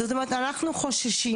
זאת אומרת אנחנו חוששים,